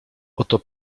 oto